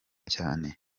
cyane